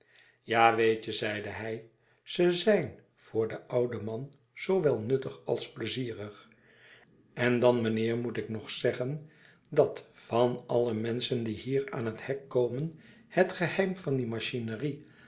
ja weet je zeide hij ze zijn voor den ouden man zoowel nuttig als pleizierig en dan mijnheer moet ik nog zeggen dat van alle menschen die hier aan het hek komen het geheim van die machinerie